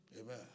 Amen